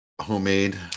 homemade